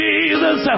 Jesus